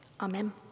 Amen